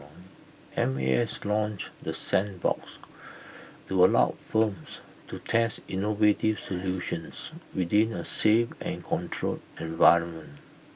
M A S launched the sandbox to allow firms to test innovative solutions within A safe and controlled environment